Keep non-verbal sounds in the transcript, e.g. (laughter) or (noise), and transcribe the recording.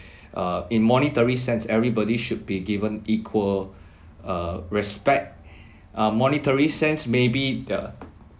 (breath) uh in monetary sense everybody should be given equal (breath) uh respect uh monetary sense maybe the